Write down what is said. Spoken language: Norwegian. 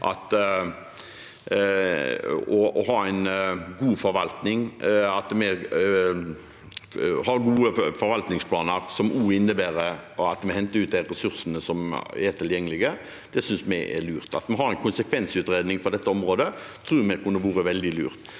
at vi har gode forvaltningsplaner som innebærer at vi henter ut de ressursene som er tilgjengelige. Å ha en konsekvensutredning for dette området, tror vi kunne vært veldig lurt.